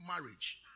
marriage